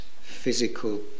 physical